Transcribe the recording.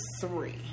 three